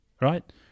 right